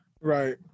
Right